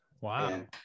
wow